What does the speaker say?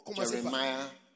Jeremiah